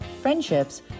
friendships